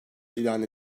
ilan